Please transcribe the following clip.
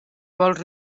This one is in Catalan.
vols